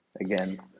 again